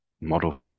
model